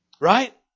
Right